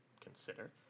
consider